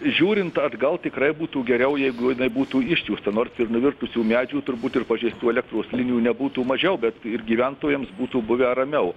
žiūrint atgal tikrai būtų geriau jeigu būtų išsiųsta nors ir nuvirtusių medžių turbūt ir pažeistų elektros linijų nebūtų mažiau bet ir gyventojams būtų buvę ramiau